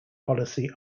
policy